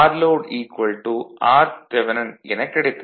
rload rth எனக் கிடைத்தது